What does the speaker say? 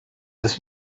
this